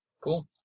Cool